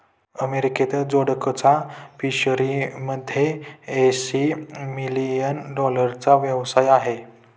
अमेरिकेत जोडकचा फिशरीमध्ये ऐंशी मिलियन डॉलरचा व्यवसाय आहे